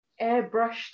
airbrushed